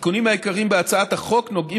התיקונים העיקריים בהצעת החוק נוגעים